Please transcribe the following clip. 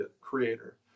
creator